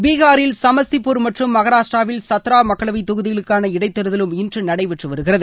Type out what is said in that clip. பீஹாரில் சமஸ்தி பூர் மற்றும் மகாராஷ்டிராவில் சதாரா மக்களவை தொகுதிகளுக்கான இடைத் தேர்தலும் இன்று நடைபெற்று வருகிறது